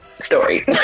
story